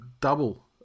double